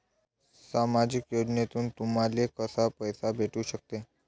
सामाजिक योजनेतून तुम्हाले कसा पैसा भेटू सकते?